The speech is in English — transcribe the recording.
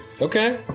Okay